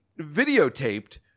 videotaped